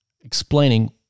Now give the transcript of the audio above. explaining